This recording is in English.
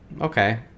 Okay